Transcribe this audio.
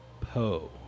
Poe